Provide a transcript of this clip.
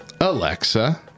Alexa